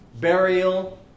burial